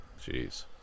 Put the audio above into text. jeez